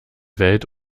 welt